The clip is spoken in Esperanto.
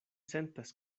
sentas